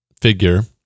figure